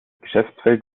geschäftsfeld